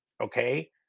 okay